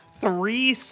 three